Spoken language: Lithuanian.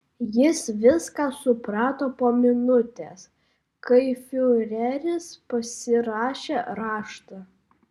jis viską suprato po minutės kai fiureris pasirašė raštą